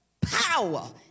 power